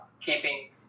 keeping